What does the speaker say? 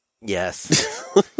Yes